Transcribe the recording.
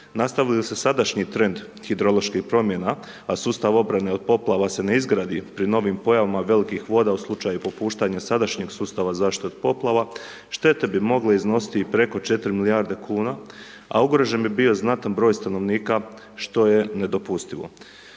nastavi li se sadašnji trend hidroloških promjena a sustav obrane od poplava se ne izgradi pri novim pojavama velikih voda u slučaju popuštanja sadašnjeg sustava zaštite od poplava štete bi mogle iznositi i preko 4 milijarde kuna, a ugrožen bi bio znatan broj stanovnika što je nedopustivo.